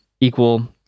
equal